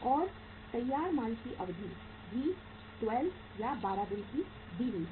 और तैयार माल की अवधि भी 12 दिन दी हुई है